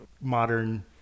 modern